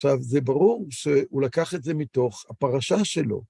עכשיו, זה ברור שהוא לקח את זה מתוך הפרשה שלו.